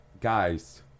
guys